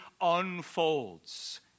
unfolds